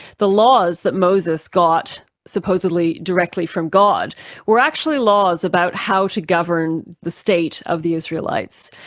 the laws that moses got supposedly directly from god were actually laws about how to govern the state of the israelites.